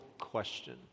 question